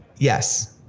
yes.